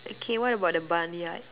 okay what about the barnyard